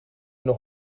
nog